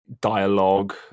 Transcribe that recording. dialogue